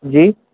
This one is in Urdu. جی